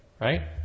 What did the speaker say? right